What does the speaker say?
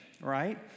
right